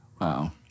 Wow